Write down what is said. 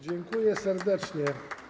Dziękuję serdecznie.